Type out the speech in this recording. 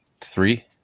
three